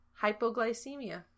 hypoglycemia